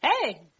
hey